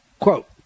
quote